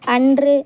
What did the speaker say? அன்று